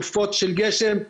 סופות של גשם,